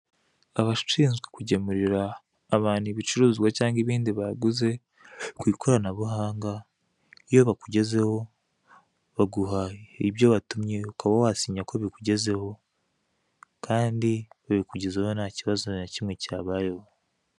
Abashinzwe kugemurira abantu ibicuruzwa cyangwa ibindi baguze ku ikoranabuhanga iyo bakugezeho baguha ibyo watumye ukaba wasinya ko bikugezeho, kandi babikugezaho ntakibazo na kimwe cyabayeho.